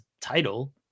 title